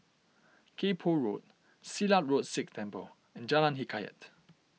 Kay Poh Road Silat Road Sikh Temple and Jalan Hikayat